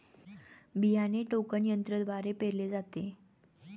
बियाणे टोकन यंत्रद्वारे पेरले जाते